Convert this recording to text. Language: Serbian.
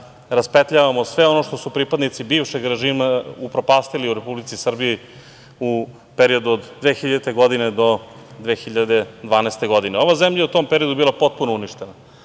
raspetljavamo sve ono što su pripadnici bivšeg režima upropastili u Republici Srbiji u periodu od 2000. godine do 2012. godine. Ova zemlja je u tom periodu bila je potpuno uništena.